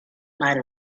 might